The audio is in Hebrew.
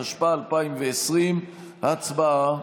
התשפ"א 2020. הצבעה.